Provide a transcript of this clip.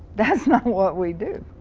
that's not what we do.